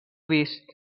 vist